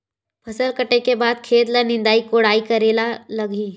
फसल कटाई के बाद खेत ल निंदाई कोडाई करेला लगही?